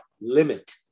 limit